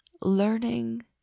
learning